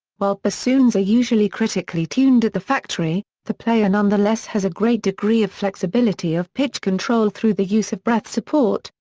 while bassoons are usually critically tuned at the factory, the player nonetheless has a great degree of flexibility of pitch control through the use of breath support,